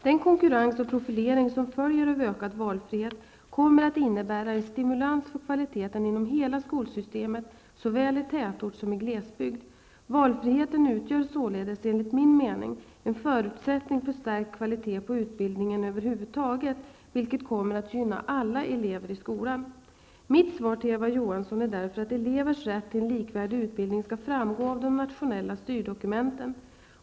Den konkurrens och profilering som följer av ökad valfrihet kommer att innebära en stimulans för kvaliteten inom hela skolsystemet, såväl i tätort som i glesbygd. Valfriheten utgör således, enligt min mening, en förutsättning för stärkt kvalitet på utbildning över huvud taget, vilket kommer att gynna alla elever i skolan. Mitt svar till Eva Johansson är därför att elevers rätt till en likvärdig utbildning skall framgå av de nationella styrdokumenten.